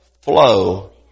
flow